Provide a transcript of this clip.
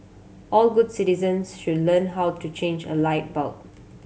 all good citizens should learn how to change a light bulb